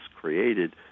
created